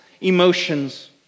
emotions